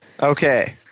Okay